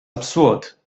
absurd